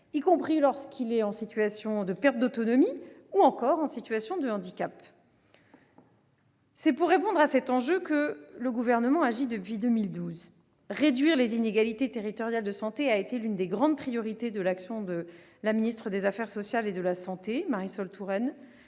y compris lorsque le patient est en situation dite complexe ou de handicap ou qu'il se trouve en perte d'autonomie. C'est pour répondre à cet enjeu que le Gouvernement agit depuis 2012. Réduire les inégalités territoriales de santé a été l'une des grandes priorités de l'action de la ministre des affaires sociales et de la santé, Marisol Touraine.